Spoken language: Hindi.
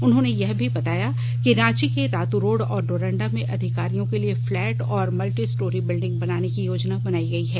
उन्होंने यह भी बताया कि रांची के रातू रोड और डोरंडा में अधिकारियों के लिए फ्लैट और मल्टीस्टोरी बिल्डिंग बनाने की योजना बनाई गई है